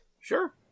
Sure